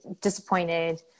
disappointed